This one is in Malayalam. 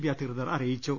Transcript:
ബി അധികൃതർ അറിയിച്ചു